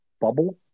bubble